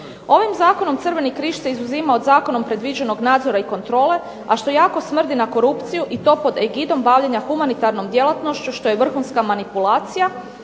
Ovim zakonom Crveni križ se izuzima od zakonom predviđenog nadzora i kontrole, a što jako smrdi na korupciju i to pod egidom bavljenja humanitarnom djelatnošću što je vrhunska manipulacija